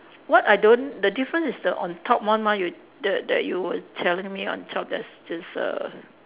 what I don't the difference is the on top one mah you that that you were telling me on top there's this err